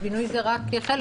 "בינוי" זה רק חלק.